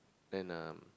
and um